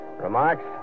Remarks